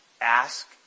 ask